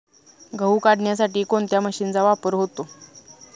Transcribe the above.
गहू काढण्यासाठी कोणत्या मशीनचा वापर होतो?